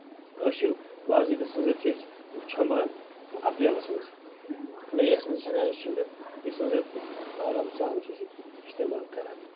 أسۍ چھِ باضٲبطہٕ سٔندر چھِ أسۍ چھۅمبان اَپریلَس منٛز مٮٔی منٛز چھِ ہیٚکان أسۍ چھوٚمبِتھ یُس زَن أسۍ آرام سان چھِ اِستعمال کران